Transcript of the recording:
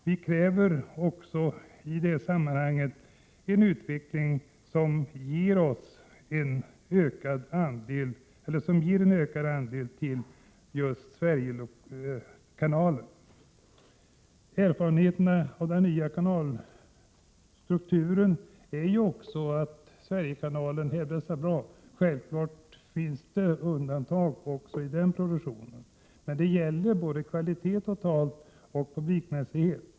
Vi kräver också en utveckling som ger en ökad andel till just Sverigekanalen. Erfarenheterna av den nya kanalstrukturen är ju också den att Sverigekanalen hävdar sig väl. Självfallet finns det undantag också i den produktionen, men erfarenheten gäller både kvalitet och publikmässighet.